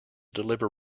deliver